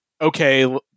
okay